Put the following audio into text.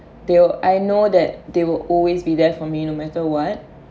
they will I know that they will always be there for me no matter what